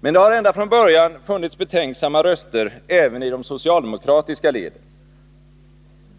Men det har ända från början funnits betänksamma röster även i de socialdemokratiska leden.